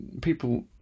people